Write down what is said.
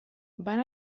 van